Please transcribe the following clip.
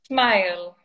Smile